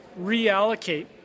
reallocate